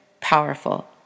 powerful